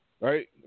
Right